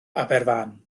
aberfan